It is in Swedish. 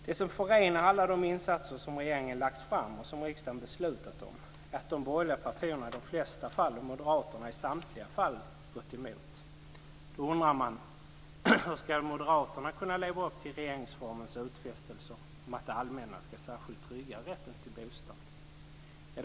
Det som förenar alla de insatser som regeringen har lagt fram och som riksdagen har beslutat om är att de borgerliga partierna i de flesta fall, och moderaterna i samtliga fall, har gått emot. Hur ska moderaterna kunna leva upp till regeringsformens utfästelser om att det allmänna särskilt ska trygga rätten till bostad?